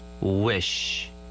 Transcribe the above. Wish